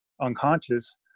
unconscious